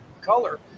color